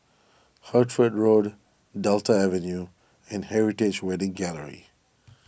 Hertford Road Delta Avenue and Heritage Wedding Gallery